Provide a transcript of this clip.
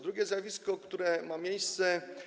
Drugie zjawisko, które ma miejsce.